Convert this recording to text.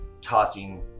tossing